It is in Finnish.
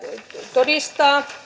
todistaa